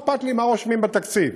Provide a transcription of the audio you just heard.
מה אכפת לי מה רושמים בתקציב?